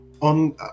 on